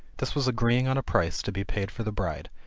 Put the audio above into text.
this was agreeing on a price to be paid for the bride,